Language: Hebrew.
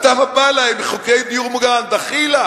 ואתה עוד בא אלי עם חוקי דיור מוגן, דחילק.